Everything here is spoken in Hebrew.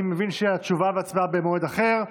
אני מבין שתשובה והצבעה במועד אחר.